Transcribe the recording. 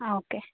ആ ഓക്കെ